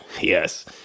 yes